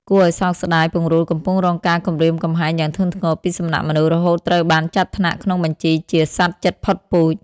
គួរឲ្យសោកស្ដាយ ពង្រូលកំពុងរងការគំរាមកំហែងយ៉ាងធ្ងន់ធ្ងរពីសំណាក់មនុស្ស រហូតត្រូវបានចាត់ថ្នាក់ក្នុងបញ្ជីជាសត្វជិតផុតពូជ។